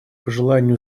пожелания